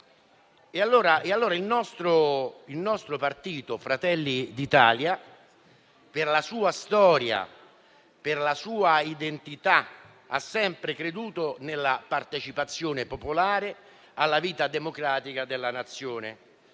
Il nostro partito, Fratelli d'Italia, per la sua storia, per la sua identità, ha sempre creduto nella partecipazione popolare alla vita democratica della Nazione;